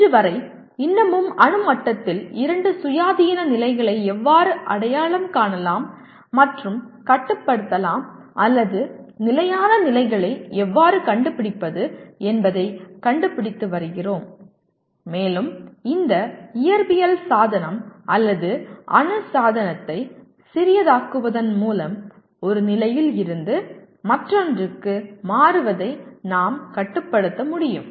இன்று வரை இன்னமும் அணு மட்டத்தில் இரண்டு சுயாதீன நிலைகளை எவ்வாறு அடையாளம் காணலாம் மற்றும் கட்டுப்படுத்தலாம் அல்லது நிலையான நிலைகளை எவ்வாறு கண்டுபிடிப்பது என்பதைக் கண்டுபிடித்து வருகிறோம் மேலும் இந்த இயற்பியல் சாதனம் அல்லது அணு சாதனத்தை சிறியதாக்குவதன் மூலம் ஒரு நிலையில் இருந்து மற்றொன்றுக்கு மாறுவதை நாம் கட்டுப்படுத்த முடியும்